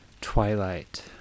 Twilight